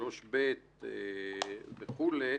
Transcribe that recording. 3ב וכו',